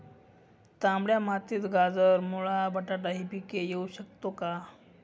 तांबड्या मातीत गाजर, मुळा, बटाटा हि पिके घेऊ शकतो का?